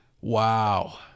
Wow